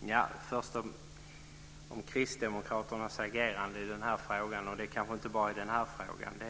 Fru talman! Först gäller det Kristdemokraternas agerande i den här frågan - och kanske inte bara i den här frågan.